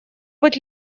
быть